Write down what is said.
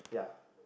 yeah